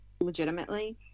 legitimately